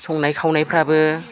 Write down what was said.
संनाय खावनायफ्राबो